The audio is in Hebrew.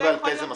נכון.